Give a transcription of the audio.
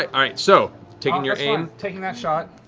i mean so taking your um taking that shot.